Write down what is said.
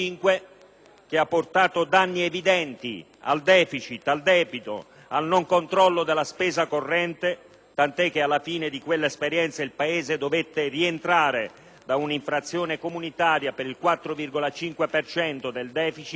che ha causato danni evidenti in termini di deficit, di debito e di mancato controllo della spesa corrente (tant'è che alla fine di quella esperienza il Paese dovette rientrare da un'infrazione comunitaria per il 4,5 per cento